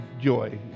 joy